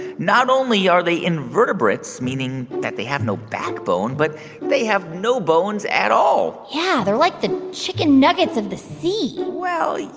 not only are they invertebrates, meaning that they have no backbone, but they have no bones at all yeah, they're like the chicken nuggets of the sea well,